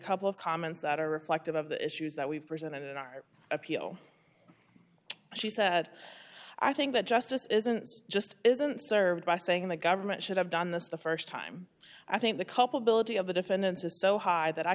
couple of comments that are reflective of the issues that we've presented in our appeal she said i think that justice isn't just isn't served by saying the government should have done this the st time i think the culpability of the defendants is so high that i